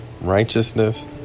righteousness